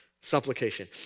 supplication